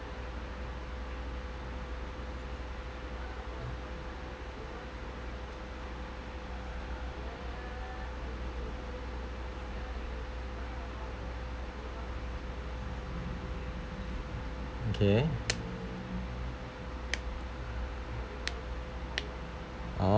okay orh